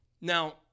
Now